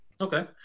Okay